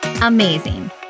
amazing